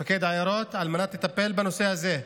מפקד העיירות, על מנת לטפל בנושא הזה.